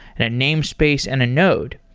and a namespace, and a node.